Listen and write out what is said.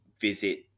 visit